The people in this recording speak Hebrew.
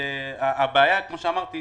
כפי שאמרתי,